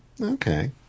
Okay